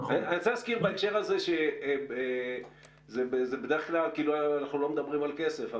אני רוצה להזכיר בהקשר הזה שכאילו אנחנו לא מדברים על כסף,